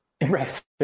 Right